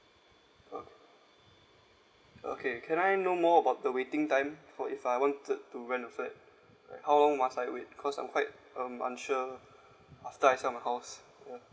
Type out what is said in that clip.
ah okay can I know more about the waiting time for if I wanted to rent a flat how long must I wait because I'm quite um unsure after I sell my house ya